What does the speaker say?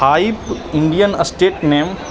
five Indian estate में